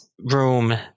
room